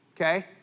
okay